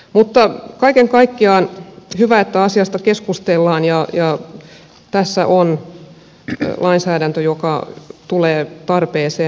mutta kaiken kaikkiaan on hyvä että asiasta keskustellaan ja tässä on lainsäädäntö joka tulee tarpeeseen